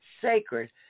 sacred